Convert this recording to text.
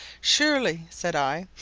surely, said i,